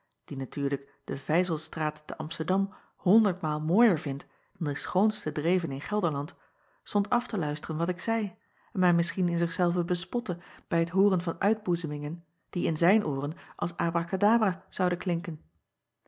die natuurlijk de ijzelstraat te msterdam honderdmaal mooier vindt dan de schoonste dreven in elderland stond af te luisteren wat ik zeî en mij misschien in zich zelven bespotte bij t hooren van uitboezemingen die in zijn ooren als abracadabra zouden klinken